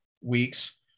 weeks